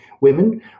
women